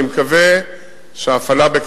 אני מקווה שבקרוב,